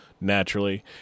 naturally